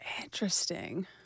Interesting